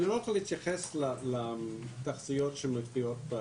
אני לא יכול להתייחס לתחזיות שמופיעות בעיתונות.